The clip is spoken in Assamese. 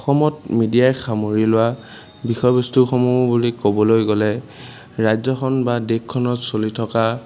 অসমত মিডিয়াই সামৰি লোৱা বিষয়বস্তুসমূহ বুলি ক'বলৈ গ'লে ৰাজ্যখন বা দেশখনত চলি থকা